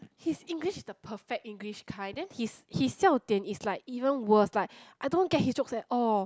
his English is the perfect English kind then his his 笑点 is like even worst like I don't get his jokes at all